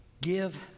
give